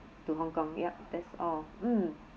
to hong kong yup that's all mm